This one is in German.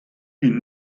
bin